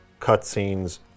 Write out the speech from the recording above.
cutscenes